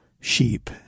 sheep